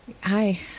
Hi